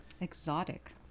Exotic